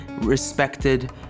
respected